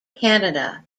canada